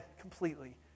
completely